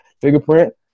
fingerprint